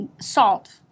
salt